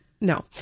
No